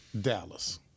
Dallas